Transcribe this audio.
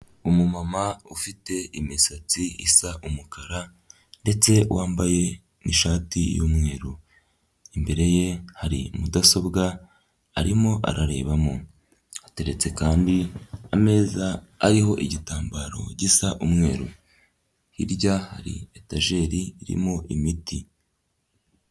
Umumama ufite imisatsi isa umukara, ndetse wambaye n'ishati y'umweru. Imbere ye hari mudasobwa, arimo ararebamo. Hateretse kandi ameza ariho igitambaro gisa umweru. Hirya hari etajeri irimo imiti.